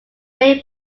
main